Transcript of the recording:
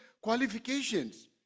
qualifications